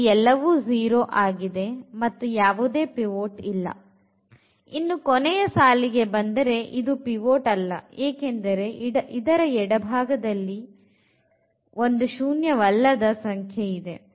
ಇಲ್ಲಿ ಎಲ್ಲವೂ 0 ಆಗಿದೆ ಮತ್ತು ಯಾವುದೇ ಪಿವೋಟ್ ಇಲ್ಲ ಇನ್ನು ಕೊನೆಯ ಸಾಲಿಗೆ ಬಂದರೆಇದು ಪಿವೋಟ್ ಅಲ್ಲ ಏಕೆಂದರೆ ಇದರ ಎಡಭಾಗ ದಲ್ಲಿ ಒಂದು ಶೂನ್ಯವಲ್ಲದ ಸಂಖ್ಯೆಯಿದೆ